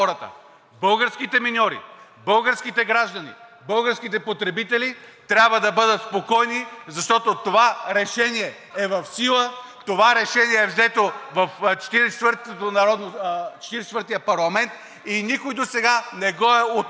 Българските миньори, българските граждани, българските потребители трябва да бъдат спокойни, защото това решение е в сила, това решение е взето в Четиридесет и четвъртия парламент и никой досега не го е отменил!